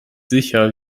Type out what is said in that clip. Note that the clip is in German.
sicher